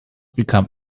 become